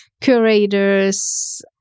Curators